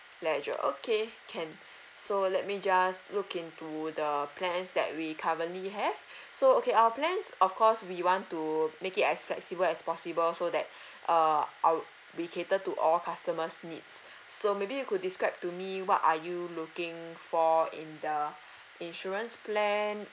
leisure okay can so let me just look into the plans that we currently have so okay our plans of course we want to make it as flexible as possible so that uh our we cater to all customers' needs so maybe you could describe to me what are you looking for in the insurance plan